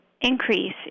increase